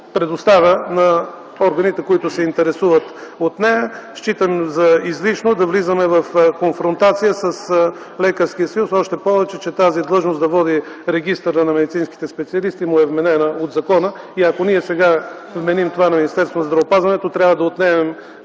предоставя на органите, които се интересуват от нея. Считам за излишно да влизаме в конфронтация с Лекарския съюз, още повече, че тази длъжност да води регистъра на медицинските специалисти му е вменено от закона и ако ние сега вменим това на Министерството на здравеопазването, трябва да отнемем